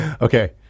Okay